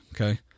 Okay